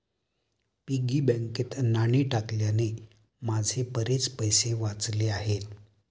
piggy बँकेत नाणी टाकल्याने माझे बरेच पैसे वाचले आहेत